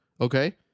Okay